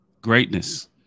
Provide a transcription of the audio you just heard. Greatness